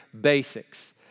basics